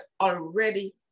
already